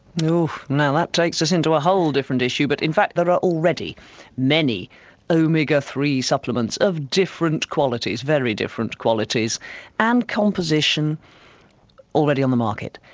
you know that takes us into a whole different issue but in fact there are already many omega three supplements of different qualities, very different qualities and composition on the market.